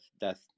death